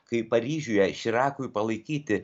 kai paryžiuje širakui palaikyti